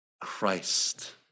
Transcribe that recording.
Christ